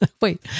wait